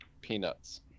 peanuts